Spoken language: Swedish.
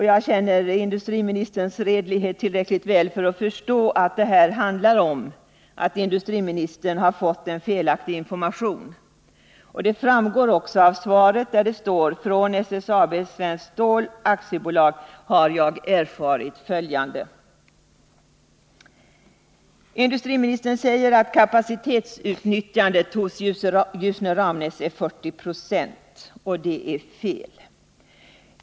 Jag känner industriministerns redlighet tillräckligt väl för att förstå att det här handlar om att industriministern har fått felaktig information. Det framgår också av svaret, där det står: ”Från SSAB Svenskt Stål AB har jag erfarit följande.” Industriministern säger att kapacitetsutnyttjandet hos Ljusne och Ramnäs är 40 20. Det är fel.